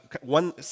one